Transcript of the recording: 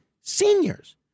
seniors